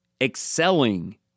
excelling